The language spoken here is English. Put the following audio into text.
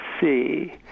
see